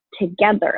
together